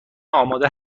آماده